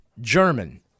German